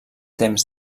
temps